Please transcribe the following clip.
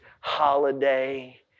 holiday